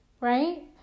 right